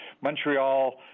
Montreal